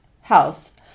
house